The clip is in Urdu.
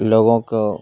لوگوں کو